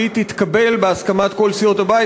שהיא תתקבל בהסכמת כל סיעות הבית.